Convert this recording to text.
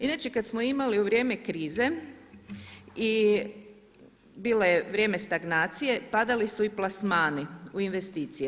Inače kada smo imali u vrijeme krize i bilo je vrijeme stagnacije, padali su i plasmani u investicije.